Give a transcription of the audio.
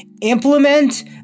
Implement